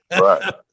Right